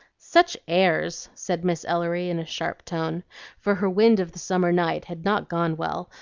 such airs! said miss ellery, in a sharp tone for her wind of the summer night had not gone well,